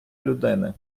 людини